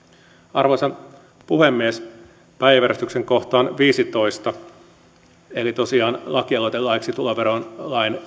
arvoisa puhemies päiväjärjestyksen kohta viisitoista eli tosiaan lakialoite laiksi tuloverolain